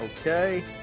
Okay